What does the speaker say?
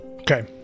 Okay